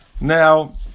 now